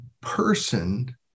person